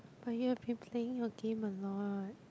but you've been playing your game a lot